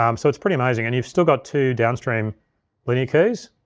um so it's pretty amazing. and you've still got two downstream linear keyers.